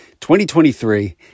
2023